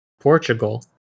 Portugal